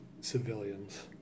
civilians